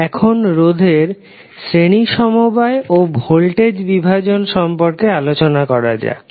এখন এখন রোধের শ্রেণী সমবায় ও ভোল্টেজ বিভাজন সম্পর্কে আলোচনা করা যাক